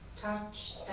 touch